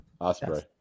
Osprey